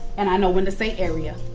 and i know when to say area.